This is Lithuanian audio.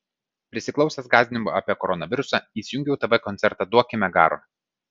prisiklausęs gąsdinimų apie koronavirusą įsijungiau tv koncertą duokime garo